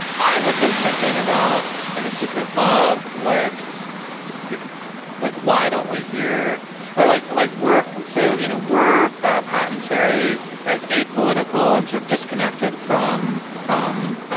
i had been thinking about in a secret love like the like, why don't we hear are like like were so you know were ah patent terry as a political and sort of disconnected from from,